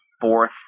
fourth